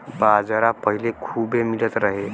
बाजरा पहिले खूबे मिलत रहे